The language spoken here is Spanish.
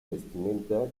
vestimenta